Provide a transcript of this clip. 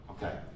Okay